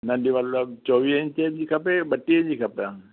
नंढी मतिलबु चोवीह इंच जी खपे ॿटीह जी खपे